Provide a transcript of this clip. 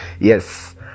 Yes